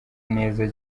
neza